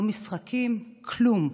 לא משחקים, כלום.